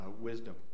wisdom